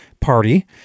party